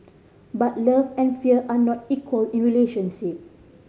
but love and fear are not equal in a relationship